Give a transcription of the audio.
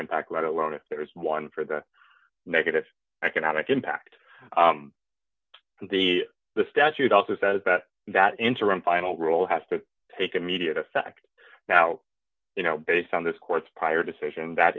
impact let alone if there is one for the negative economic impact the the statute also says that that interim final rule has to take immediate effect now you know based on this court's prior decision that